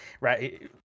right